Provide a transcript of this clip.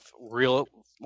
real